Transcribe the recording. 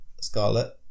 Scarlet